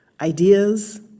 ideas